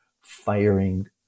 firing